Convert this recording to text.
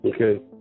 Okay